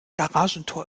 garagentor